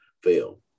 fail